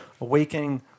awakening